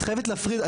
את חייבת להפריד,